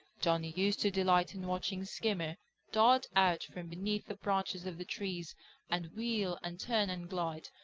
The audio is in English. johnny used to delight in watching skimmer dart out from beneath the branches of the trees and wheel and turn and glide,